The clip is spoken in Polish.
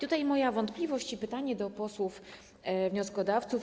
Tutaj moja wątpliwość i pytanie do posłów wnioskodawców: